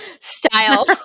style